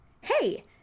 Hey